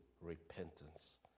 repentance